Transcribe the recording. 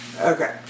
okay